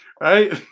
Right